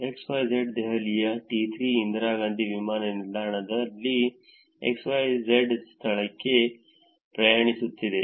XYZ ದೆಹಲಿಯ T3 Indira Gandhi ವಿಮಾನ ನಿಲ್ದಾಣದಲ್ಲಿ XYZ ಸ್ಥಳಕ್ಕೆ ಪ್ರಯಾಣಿಸುತ್ತಿದೆ